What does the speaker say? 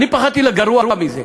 אני פחדתי מגרוע מזה.